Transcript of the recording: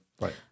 Right